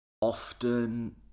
often